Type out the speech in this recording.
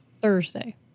Thursday